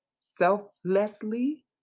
selflessly